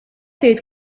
tgħid